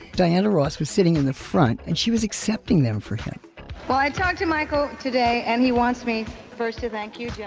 diana ross was sitting in the front and she was accepting them for him well, i talked to michael today, and he wants me first to thank you, yeah